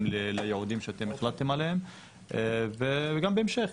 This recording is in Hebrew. ליעודים שאתם החלטתם עליהם וגם בהמשך,